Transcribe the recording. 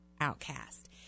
outcast